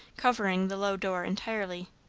covering the low door entirely.